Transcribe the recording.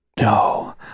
No